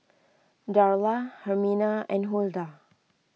Darla Hermina and Huldah